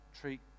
treat